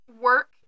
work